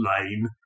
lane